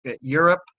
Europe